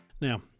Now